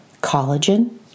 collagen